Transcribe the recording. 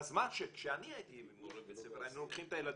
בזמן שכשאני הייתי מורה בבית ספר היינו לוקחים את הילדים,